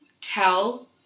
tell